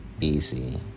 easy